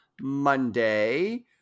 Monday